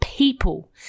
people